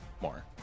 more